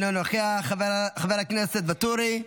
אינו נוכח, חבר הכנסת ואטורי,